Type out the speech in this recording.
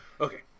Okay